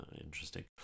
Interesting